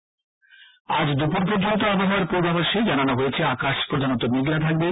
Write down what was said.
আবহাওয়া আজ দুপুর পর্যন্ত আবহাওয়ার পূর্বাভাসে জানানো হয়েছে আকাশ প্রধানত মেঘলা থাকবে